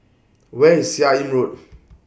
Where IS Seah in Road